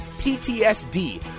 PTSD